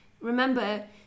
remember